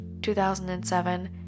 2007